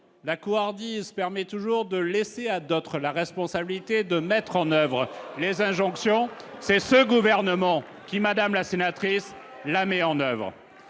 la couardise permet toujours de laisser à d'autres la responsabilité de mettre en oeuvre les injonctions c'est ce gouvernement qui, madame la sénatrice la met en oeuvre,